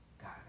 God